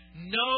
No